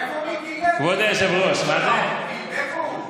איפה מיקי לוי, איפה הוא?